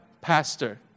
pastor